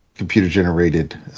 Computer-generated